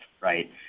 right